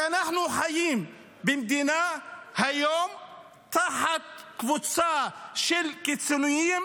כי אנחנו חיים היום במדינה תחת קבוצה של קיצוניים